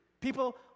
People